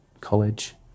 College